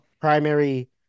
primary